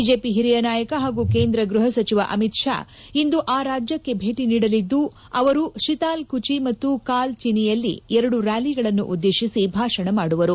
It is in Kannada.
ಬಿಜೆಪಿ ಹಿರಿಯ ನಾಯಕ ಹಾಗೂ ಕೇಂದ್ರ ಗೃಹ ಸಚಿವ ಅಮಿತ್ ಶಾ ಇಂದು ಆ ರಾಜ್ಯಕ್ಕೆ ಭೇಟಿ ನೀಡಲಿದ್ದು ಅವರು ಶಿತಾಲ್ಕುಚಿ ಮತ್ತು ಕಾಲ್ಚಿನಿಯಲ್ಲಿ ಎರಡು ರ್ಯಾಲಿಗಳನ್ನು ಉದ್ದೇಶಿಸಿ ಭಾಷಣ ಮಾಡುವರು